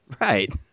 Right